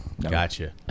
gotcha